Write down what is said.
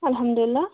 اَلَحَمدُللہَ